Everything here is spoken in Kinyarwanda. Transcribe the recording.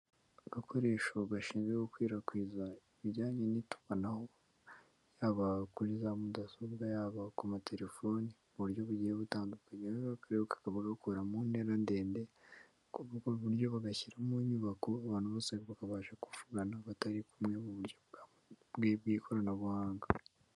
Agakoresho gashinzwe gukwirakwiza ibijyanye n'itumanaho, yaba kuri za mudasobwa yabo ku matelefoni, mu buryo bugiye butandukanyeba bagakora mu ntera ndende, ku buryo bagashyiramo inyubako abantu bose bakabasha kuvurana batari kumwe mu buryo bwe bw'ikoranabuhanga.